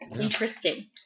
Interesting